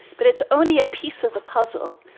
but it's only a piece of the puzzle.